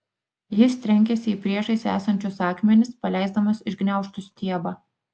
jis trenkėsi į priešais esančius akmenis paleisdamas iš gniaužtų stiebą